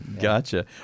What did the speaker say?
gotcha